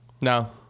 No